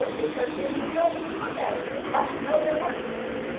and they turn it in and you don't even look at it, you just know they're working on it.